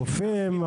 גופים,